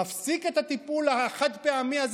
מפסיק את הטיפול החד-פעמי הזה.